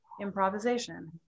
improvisation